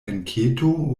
enketo